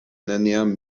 neniam